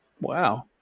Wow